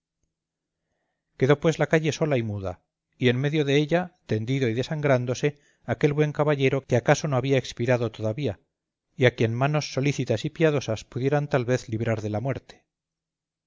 quedó pues la calle sola y muda y en medio de ella tendido y desangrándose aquel buen caballero que acaso no había expirado todavía y a quien manos solícitas y piadosas pudieran tal vez librar de la muerte